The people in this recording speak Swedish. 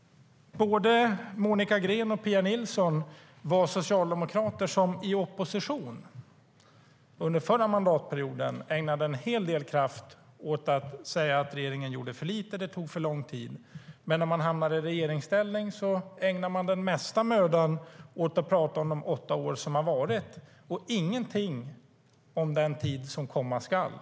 Både Monica Green och Pia Nilsson är socialdemokrater som i opposition under förra mandatperioden ägnade en hel del kraft åt att säga att regeringen gjorde för lite och att det tog för lång tid. Men när de hamnar i regeringsställning ägnar de den mesta mödan åt att prata om de åtta år som varit och ingenting om den tid som komma skall.